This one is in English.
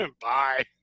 Bye